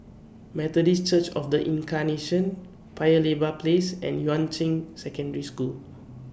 Methodist Church of The Incarnation Paya Lebar Place and Yuan Ching Secondary School